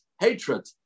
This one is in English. hatred